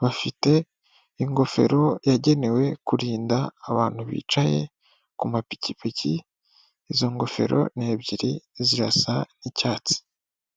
bafite ingofero yagenewe kurinda abantu bicaye ku mapikipiki, izo ngofero ni ebyiri, zirasa icyatsi.